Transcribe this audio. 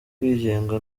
kwigenga